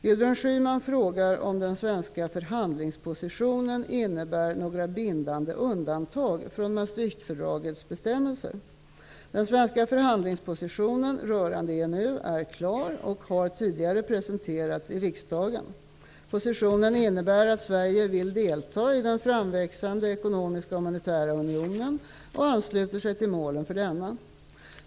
Gudrun Schyman frågar om den svenska förhandlingspositionen innebär några bindande undantag från Maastrichtfördragets bestämmelser. är klar och har tidigare presenterats i riksdagen. Positionen innebär att Sverige vill delta i den framväxande ekonomiska och monetära unionen och ansluter sig till målen för denna.